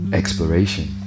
exploration